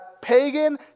pagan